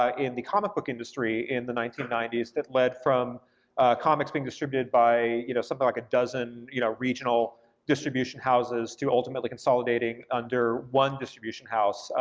ah in the comic book industry in the nineteen ninety s, that led from comics being distributed by you know something like a dozen you know regional distribution houses to ultimately consolidating under one distribution house.